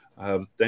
Thank